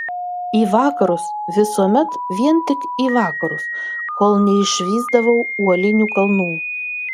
į vakarus visuomet vien tik į vakarus kol neišvysdavau uolinių kalnų